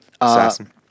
Assassin